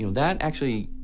you know that actually.